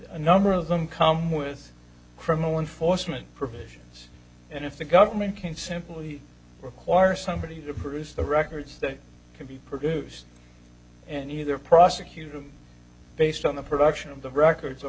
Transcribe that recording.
a number of them come with criminal law enforcement provisions and if the government can simply require somebody to produce the records they can be produced and either prosecuted based on the production of the records o